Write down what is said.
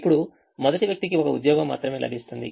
ఇప్పుడు మొదటి వ్యక్తికి ఒక ఉద్యోగం మాత్రమే లభిస్తుంది